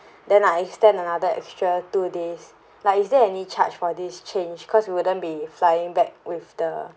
then I extend another extra two days like is there any charge for this change cause we wouldn't be flying back with the